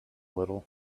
little